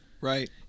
Right